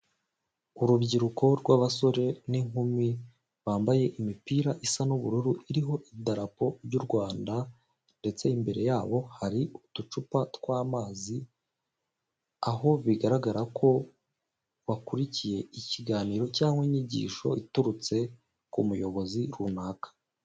Urubyiruko rw'abasore n'inkumi bambaye imipira isa n'ubururu iriho idarapo y'u Rwanda ndetse imbere yabo hari uducupa tw'amazi, aho bigaragara ko bakurikiye ikiganiro cyangwa inyigisho iturutse ku muyobozi runaka.